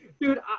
Dude